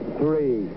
three